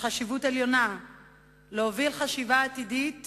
וחשיבות עליונה להוביל חשיבה עתידית